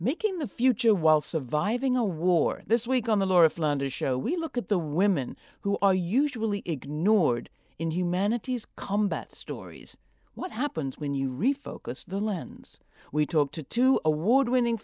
making the future while surviving a war this week on the laura flanders show we look at the women who are usually ignored in humanity's combat stories what happens when you refocus the lens we talk to two award winning